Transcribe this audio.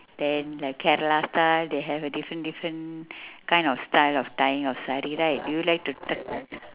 then like cat last time they have a different different kind of style of tying your sari right do you like to t~ t~